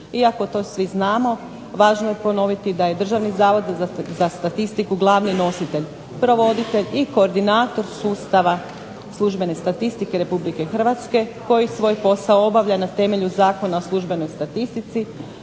Iako to svi znamo, važno je ponoviti da je Državni zavod za statistiku glavni nositelj, provoditelj i koordinator sustava službene statistike Republike Hrvatske koji svoj posao obavlja na temelju Zakona o službenoj statistici,